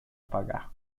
pagar